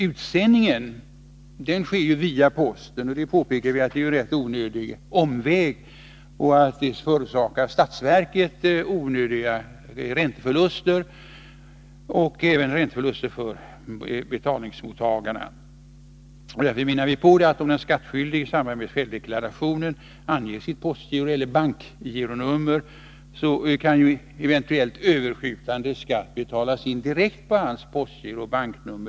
Utsändningen av betalningarna sker nu via posten, och det påpekar vi är en omväg som förorsakar extrakostnader för statsverket och onödiga ränteförluster för betalningsmottagare. Vi anser att den skattskyldige, genom att på sin deklaration ange postgiroeller bankgironummer, direkt kan få in sin eventuellt överskjutande skatt på något av dessa konton.